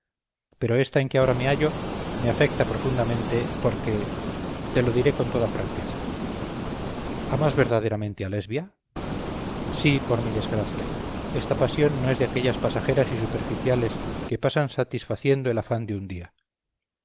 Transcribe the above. pero esta en que ahora me hallo me afecta profundamente porque te lo diré con toda franqueza amas verdaderamente a lesbia sí por mi desgracia esta pasión no es de aquellas pasajeras y superficiales que pasan satisfaciendo el afán de un día